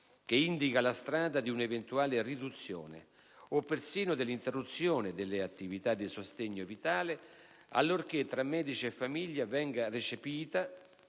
che indica la strada di un'eventuale riduzione, o persino dell'interruzione delle attività di sostegno vitale, allorché tra medici e famiglia venga recepita